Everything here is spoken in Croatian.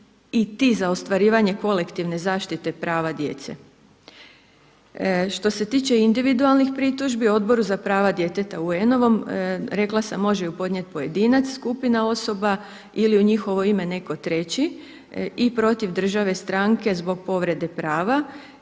i ti za ostvarivanje kolektivne zaštite prava djece. Što se tiče individualnih pritužbi Odboru za prava djeteta UN-ovom, rekla sam, može ju podnijeti pojedinac, skupina osoba ili u njihovo ime netko treći i protiv države stranke zbog povrede prava.